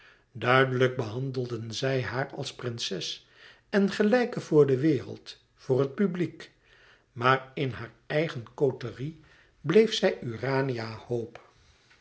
duidelijk behandelden zij haar als prinses en gelijke voor de wereld voor het publiek maar in haar eigen côterie bleef zij urania hope